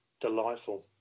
delightful